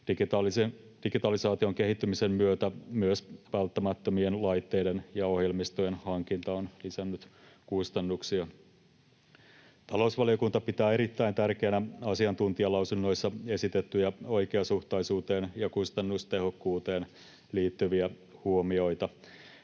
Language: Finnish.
Digitalisaation kehittymisen myötä myös välttämättömien laitteiden ja ohjelmistojen hankinta on lisännyt kustannuksia. Talousvaliokunta pitää erittäin tärkeänä asiantuntijalausunnoissa esitettyjä oikeasuhtaisuuteen ja kustannustehokkuuteen liittyviä huomioita.